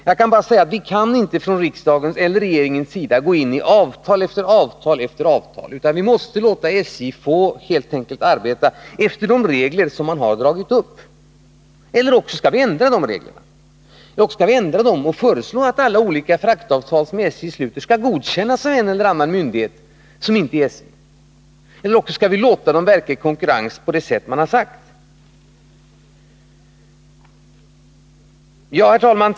Jag vill bara säga att vi från riksdagens och regeringens sida inte kan gå in i avtal efter avtal, utan vi måste helt enkelt låta SJ få arbeta efter de regler som man ställt upp. Annars skall vi ändra de reglerna och föreslå att alla olika fraktavtal som SJ sluter skall godkännas av en eller annan myndighet utanför SJ eller också skall vi låta det bli verklig konkurrens på det sätt man har sagt. Herr talman!